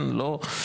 כן, לא וכו'.